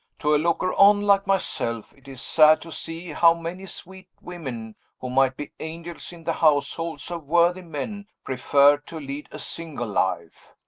to a looker-on, like myself, it is sad to see how many sweet women who might be angels in the households of worthy men prefer to lead a single life.